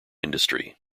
industry